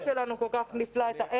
חבר'ה, תרבות זה שליחות.